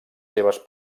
seves